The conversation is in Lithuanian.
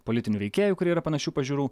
politinių veikėjų kurie yra panašių pažiūrų